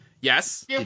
Yes